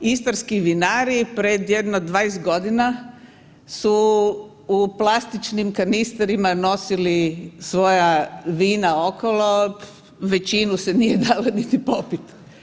Istarski vinari pred jedno 20 godina su u plastičnim kanisterima nosili svoja vina okolo, većinu se nije dalo niti popit.